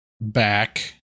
back